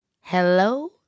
Hello